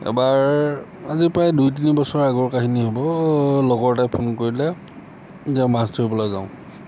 এবাৰ আজি প্ৰায় দুই তিনি বছৰৰ আগৰ কাহিনী হ'ব লগৰ এটাই ফোন কৰিলে যে মাছ ধৰিবলৈ যাওঁ